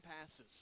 passes